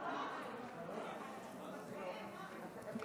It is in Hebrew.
להצביע מהאולם למטה.